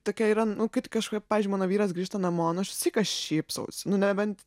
tokia yra nu kaip kažko pavyzdžiui mano vyras grįžta namo nu aš visą laiką šypsausi nu nebent